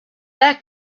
their